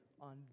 on